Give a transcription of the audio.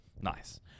Nice